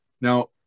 Now